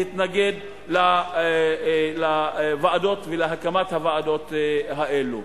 להתנגד לוועדות ולהקמת הוועדות האלה.